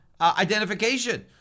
identification